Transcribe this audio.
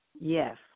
Yes